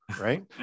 right